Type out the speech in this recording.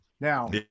now